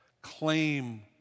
claim